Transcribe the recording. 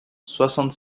soixante